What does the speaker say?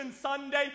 Sunday